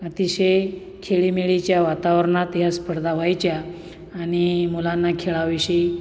अतिशय खेळीमेळीच्या वातावरणात या स्पर्धा व्हायच्या आणि मुलांना खेळाविषयी